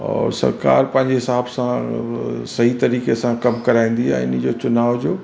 और सरकार पंहिंजे हिसाब सां सही तरीक़े सां कमु कराईंदी आहे हिनजो चुनाव जो